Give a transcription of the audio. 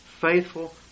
faithful